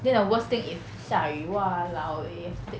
then the worst thing if 下雨 !walao! eh